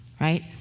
right